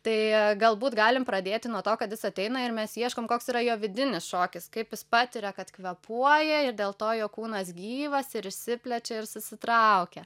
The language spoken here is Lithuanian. tai galbūt galim pradėti nuo to kad jis ateina ir mes ieškom koks yra jo vidinis šokis kaip jis patiria kad kvėpuoja ir dėl to jo kūnas gyvas ir išsiplečia ir susitraukia